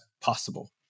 possible